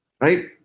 right